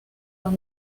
los